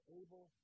able